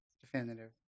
Definitive